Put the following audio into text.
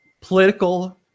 political